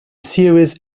series